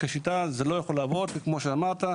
כשיטה זה לא יכול לעבוד כי, כמו שאמרת,